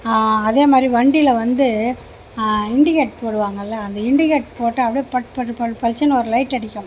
அதேமாதிரி வண்டியில் வந்து இன்டிகேட் போடுவாங்கள்ல அந்த இன்டிகேட் போட்டால் அப்படியே பளிச் பளிச்னு ஒரு லைட் அடிக்கும்